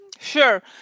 Sure